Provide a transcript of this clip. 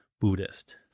Buddhist